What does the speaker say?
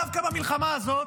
דווקא במלחמה הזאת,